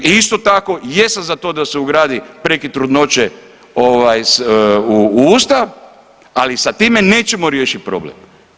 I isto tako, jesam za to da se ugradi prekid trudnoće ovaj u Ustav, ali sa time nećemo riješiti problem.